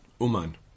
Uman